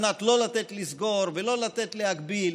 על מנת לא לתת לסגור ולא לתת להגביל.